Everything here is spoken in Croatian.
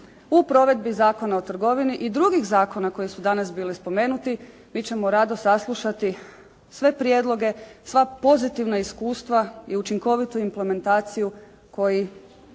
u provedbi Zakona o trgovini i drugih zakona koji su danas bili spomenuti. Mi ćemo rado saslušati sve prijedloge, sva pozitivna iskustva i učinkovitu implementaciju koji